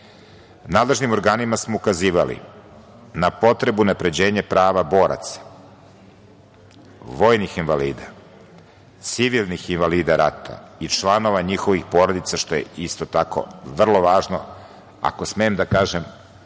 organima smo ukazivali na potrebu unapređenja prava boraca, vojnih invalida, civilnih invalida rata i članova njihovih porodica, što je isto tako vrlo važno, ako smem da kažem